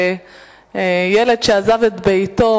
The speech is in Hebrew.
שילד שעזב את ביתו,